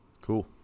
Cool